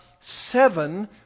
seven